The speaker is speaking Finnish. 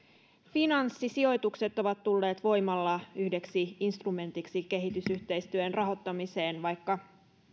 finanssisijoitukset ovat tulleet voimalla yhdeksi instrumentiksi kehitysyhteistyön rahoittamiseen vaikka